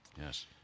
Yes